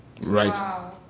right